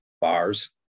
bars